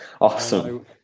Awesome